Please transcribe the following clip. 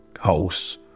house